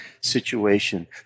situation